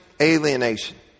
alienation